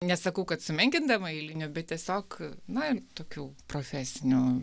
nesakau kad sumenkindama eilinių bet tiesiog na tokių profesinių